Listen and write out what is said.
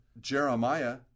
Jeremiah